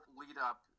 lead-up